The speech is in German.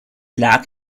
lag